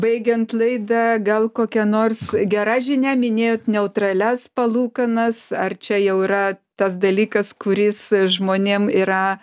baigiant laidą gal kokia nors gera žinia minėjot neutralias palūkanas ar čia jau yra tas dalykas kuris žmonėm yra